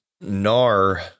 NAR